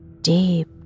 deep